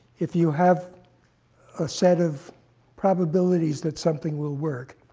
if you have a set of probabilities that something will work,